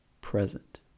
Present